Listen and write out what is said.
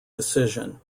decision